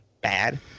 bad